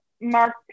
mark